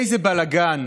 איזה בלגן,